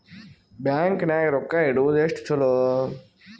Bank ನಾಗ ರೊಕ್ಕ ಇಡುವುದು ಎಷ್ಟು ಚಲೋ?